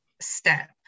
step